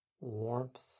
warmth